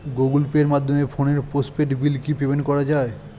Google pay মাধ্যমে ফোনের postpaid bill কি পেমেন্ট করা যায়?